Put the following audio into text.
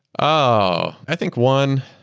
oh. i think one,